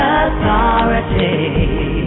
authority